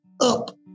up